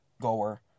goer